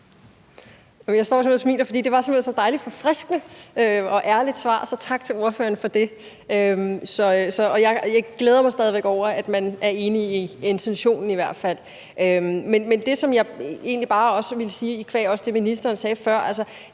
det simpelt hen var et så dejlig forfriskende og ærligt svar, så tak til ordføreren for det. Jeg glæder mig stadig væk over, at man er enig i intentionen i hvert fald. Men det, som jeg egentlig bare ville sige – qua det, ministeren sagde før